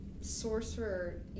sorcerer